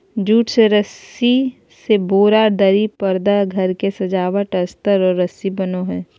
jute से रस्सी से बोरा, दरी, परदा घर के सजावट अस्तर और रस्सी बनो हइ